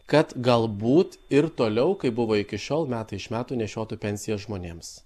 kad galbūt ir toliau kaip buvo iki šiol metai iš metų nešiotų pensijas žmonėms